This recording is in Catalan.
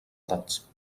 edats